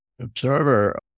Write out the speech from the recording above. Observer